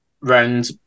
round